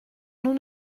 nous